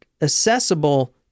accessible